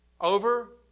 over